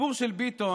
הסיפור של ביטון